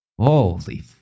Holy